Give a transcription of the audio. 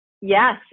Yes